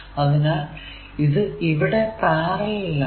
അതിനാൽ ഇത് ഇവിടെ പാരലൽ ആണ്